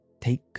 Take